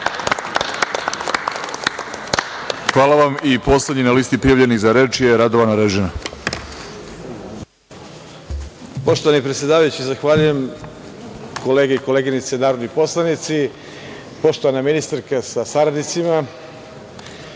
Hvala vam. Poslednji na listi prijavljenih za reč je Radovan Arežina. **Radovan Arežina** Poštovani predsedavajući, zahvaljujem kolege i koleginice narodni poslanici, poštovana ministarko sa saradnicima,